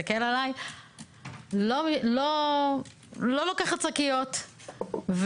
שאם נדרשנו אחרי שמיצינו ושמנו שקית לפח ושקית לשירותים הקטנים.